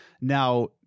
Now